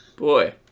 boy